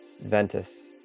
Ventus